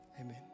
Amen